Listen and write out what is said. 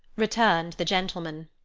returned the gentleman,